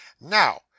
now